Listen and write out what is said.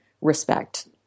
respect